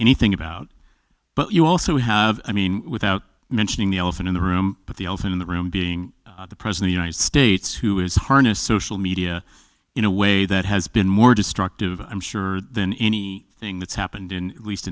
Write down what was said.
anything about but you also have i mean without mentioning the elephant in the room but the elephant in the room being the president united states who is harness social media in a way that has been more destructive i'm sure than any thing that's happened in at least